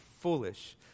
foolish